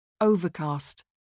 Overcast